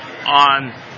on